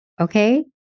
okay